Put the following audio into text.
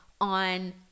on